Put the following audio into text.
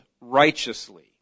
righteously